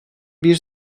bir